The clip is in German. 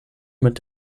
mit